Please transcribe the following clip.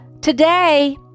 today